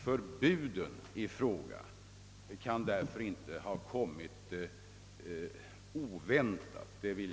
Förbudet i fråga kan därför inte ha kommit oväntat.